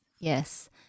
Yes